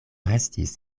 restis